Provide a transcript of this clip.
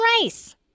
race